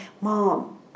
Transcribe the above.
Mom